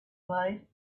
life